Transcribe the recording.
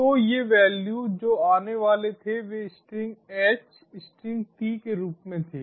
तो ये वैल्यू जो आने वाले थे वे स्ट्रिंग h स्ट्रिंग t के रूप में थे